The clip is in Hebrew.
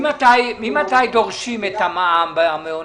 ממתי דורשים את המע"מ במעונות,